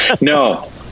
no